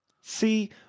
See